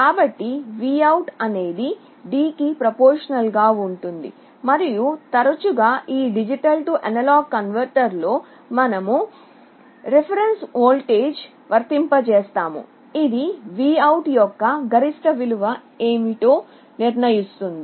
కాబట్టి ఈ V OUT అనేది D కి ప్రొఫార్మాషనల్ గా ఉంటుంది మరియు తరచుగా ఈ D A కన్వర్టర్లో మనం కొన్ని రిఫరెన్స్ వోల్టేజ్ను వర్తింపజేస్తాము ఇది V OUT యొక్క గరిష్ట విలువ ఏమిటో నిర్ణయిస్తుంది